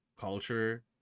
culture